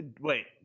wait